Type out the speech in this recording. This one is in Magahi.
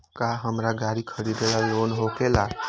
का हमरा गारी खरीदेला लोन होकेला?